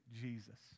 Jesus